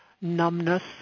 numbness